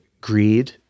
greed